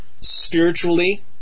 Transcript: spiritually